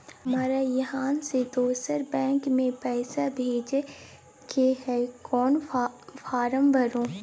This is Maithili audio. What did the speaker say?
हमरा इहाँ से दोसर बैंक में पैसा भेजय के है, कोन फारम भरू?